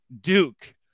Duke